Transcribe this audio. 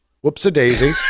Whoops-a-daisy